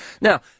Now